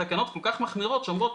התקנות כל כך מחמירות ואומרות,